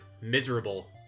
miserable